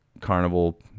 carnival